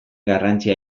garrantzia